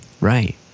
Right